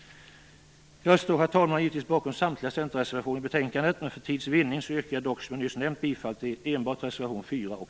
Jag står, herr talman, givetvis bakom samtliga centerreservationer i betänkandet, men för tids vinnande yrkar jag bifall enbart till reservationerna 4 och